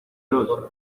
dos